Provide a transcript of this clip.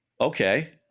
Okay